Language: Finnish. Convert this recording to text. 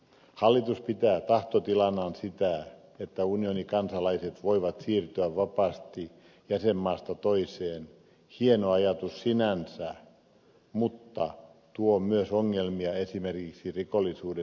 hallitus pitää tahtotilanaan sitä että unionin kansalaiset voivat siirtyä vapaasti jäsenmaasta toiseen hieno ajatus sinänsä mutta tuo myös ongelmia esimerkiksi rikollisuuden muodossa